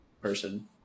person